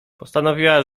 postanowiła